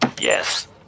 Yes